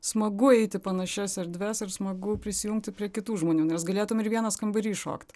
smagu eiti panašias erdves ir smagu prisijungti prie kitų žmonių nes galėtum ir vienas kambary šokt